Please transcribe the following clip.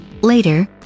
Later